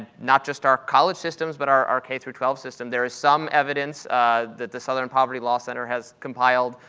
not just our college systems, but our our k through twelve system. there is some evidence that the southern poverty law center has compiled.